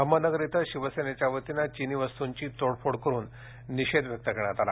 अहमदनगर इथं शिवसेनेच्या वतीनं चीनी वस्तूंची तोडफोड करून निषेध व्यक्त करण्यात आला